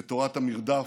את תורת המרדף,